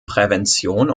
prävention